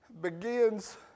begins